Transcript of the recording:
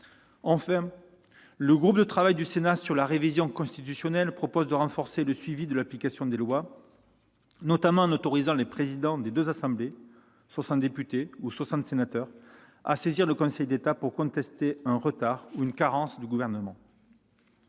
Enfin, le groupe de travail du Sénat sur la révision constitutionnelle propose de renforcer le suivi de l'application des lois, notamment en autorisant les présidents des deux assemblées, soixante députés ou soixante sénateurs à saisir le Conseil d'État en cas de retard ou de carence du Gouvernement.